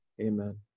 Amen